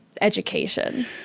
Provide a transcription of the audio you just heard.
education